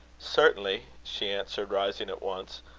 certainly, she answered, rising at once.